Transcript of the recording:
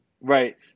Right